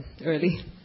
early